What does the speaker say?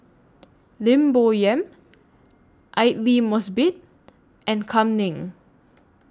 Lim Bo Yam Aidli Mosbit and Kam Ning